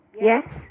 yes